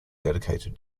dedicated